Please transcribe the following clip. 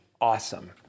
awesome